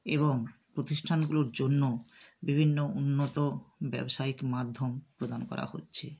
এবং প্রতিষ্ঠানগুলোর জন্য বিভিন্ন উন্নত ব্যবসায়িক মাধ্যম প্রদান করা হচ্ছে